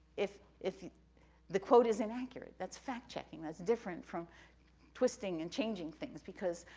if if the quote is inaccurate. that's fact-checking. that's different from twisting and changing things, because,